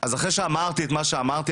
אז אחרי שאמרתי את מה שאמרתי,